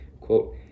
quote